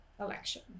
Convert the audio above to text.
election